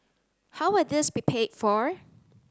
how will this be paid for